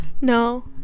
No